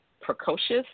Precocious